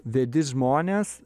vedi žmones